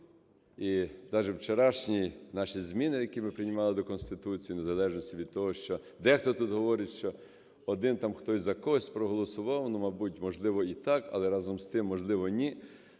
І даже вчорашні наші зміни, які ми приймали до Конституції, в незалежності від того, що дехто тут говорить, що один там хтось за когось проголосував. Ну, мабуть, можливо, і так, але, разом з тим, можливо, ні.